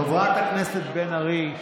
חברת הכנסת בן ארי,